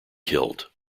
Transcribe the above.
killed